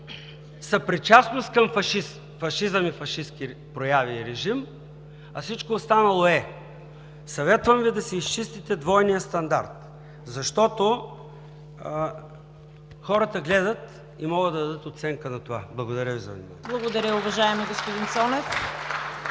съпричастност към фашизма – фашистки прояви и режим, а всичко останало е! Съветвам Ви да си изчистите двойния стандарт, защото хората гледат и могат да дадат оценка на това! Благодаря Ви за вниманието.